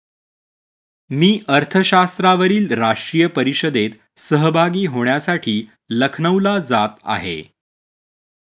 मी अर्थशास्त्रावरील राष्ट्रीय परिषदेत सहभागी होण्यासाठी लखनौला जात आहे